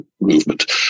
movement